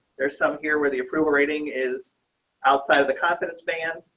there's some here where the approval rating is outside of the confidence band,